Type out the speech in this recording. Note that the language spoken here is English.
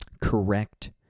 correct